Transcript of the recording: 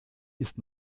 ist